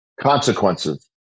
consequences